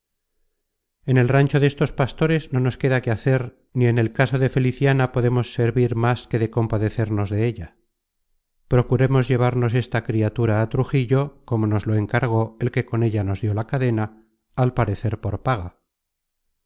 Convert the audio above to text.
en posesion alegre destos pastores no nos queda que hacer ni en el caso de feliciana podemos servir más que de compadecernos de ella procuremos llevarnos esta criatura á trujillo como nos lo encargó el que con ella nos dió la cadena al parecer por paga